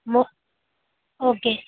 மோ ஓகே